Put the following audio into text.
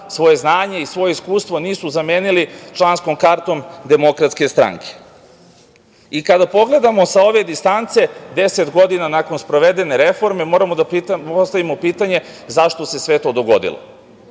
svoje znanje i svoje iskustvo nisu zamenili članskom kartom DS.Kada pogledamo sa ove distance, deset godina nakon sprovedene reforme, moramo da postavimo pitanje - zašto se sve to dogodilo